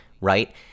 right